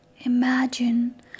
Imagine